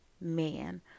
man